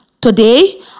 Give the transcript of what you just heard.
Today